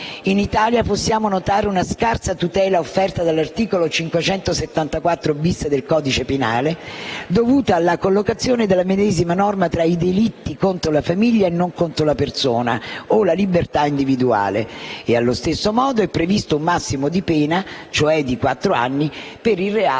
In Italia possiamo notare una scarsa tutela offerta dall'articolo 574-*bis* del codice penale, dovuta alla collocazione della medesima norma tra i delitti contro la famiglia e non contro la persona o la libertà individuale. Allo stesso modo è previsto un massima di pena, pari a quattro anni di